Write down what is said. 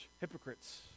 hypocrites